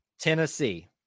Tennessee